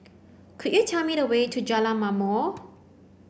could you tell me the way to Jalan Ma'mor